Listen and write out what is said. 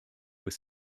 was